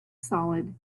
solid